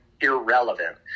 irrelevant